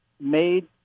made